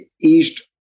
east